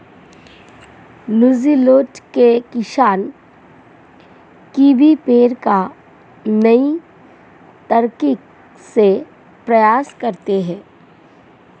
New Zealand के किसान kiwi पेड़ का नई तकनीक से प्रसार करते हैं